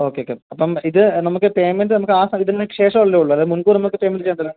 okay okay അപ്പം ഇത് നമുക്ക് പേമെന്റ് നമുക്ക് ആ ഇതിന് ശേഷമല്ലേ ഉള്ളൂ അല്ലാതെ മുന്കൂര് അങ്ങോട്ട് പേയ്മെന്റ് ചെയ്യണ്ടല്ലോ